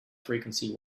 frequency